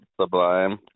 sublime